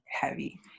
heavy